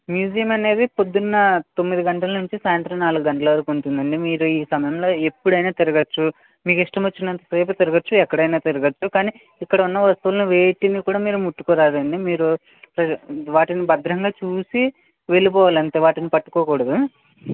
museum అనేది పొద్దున తొమ్మిది గంటల నుంచి సాయంత్రం నాలుగు గంటల వరకు ఉంటుంది అండి మీరు ఈ సమయంలో ఎప్పుడైనా తిరగొచ్చు మీకు ఇష్టమొచ్చినంత సేపు తిరగొచ్చు ఎక్కడైనా తిరగొచ్చు కానీ ఇక్కడున్న వస్తువులని వేటిని కూడా మీరు ముట్టుకోరాదండి మీరు వాటిని భద్రంగా చూసి వెళ్ళిపోవాలి అంతే వాటిని పట్టుకోకూడదు